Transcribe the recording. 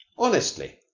honestly?